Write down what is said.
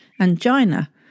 angina